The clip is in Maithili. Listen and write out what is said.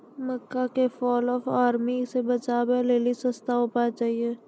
मक्का के फॉल ऑफ आर्मी से बचाबै लेली सस्ता उपाय चाहिए?